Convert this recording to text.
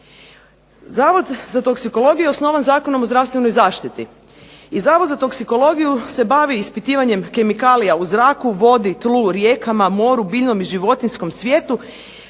Zavod za toksikologiju je osnovan Zakonom o zdravstvenoj zaštiti i Zavod za toksikologiju se bavi ispitivanjem kemikalija u zraku, tlu, vodi, rijekama, moru, biljnom i životinjskom svijetu,